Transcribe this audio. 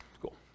cool